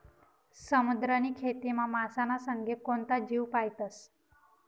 समुद्रनी खेतीमा मासाना संगे कोणता जीव पायतस?